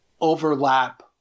overlap